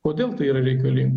kodėl tai yra reikalinga